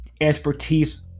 expertise